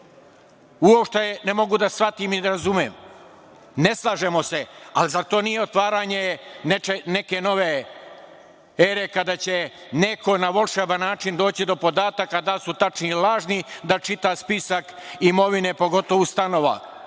uopšte ne mogu da shvatim i da razumem? Ne slažemo se, ali zar to nije otvaranje neke nove ere kada će neko na volšeban način doći do podataka da li su tačni ili lažni, da čita spisak imovine, pogotovo stanova?